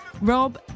Rob